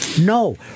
no